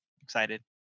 excited